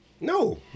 no